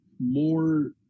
more